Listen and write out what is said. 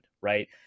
right